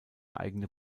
eigene